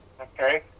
okay